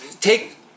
take